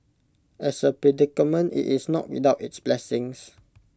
as A predicament IT is not without its blessings